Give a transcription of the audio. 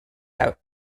out